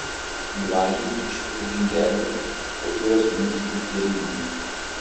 blažiui tiškui bingeliui kultūros ministrui bieliniui